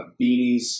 beanies